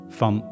van